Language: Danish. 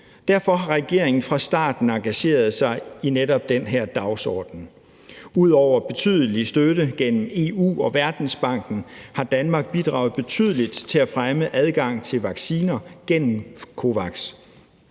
Derfor har regeringen fra starten engageret sig i netop den her dagsorden. Ud over betydelig støtte gennem EU og Verdensbanken har Danmark bidraget til at fremme adgangen til vacciner gennem COVAX.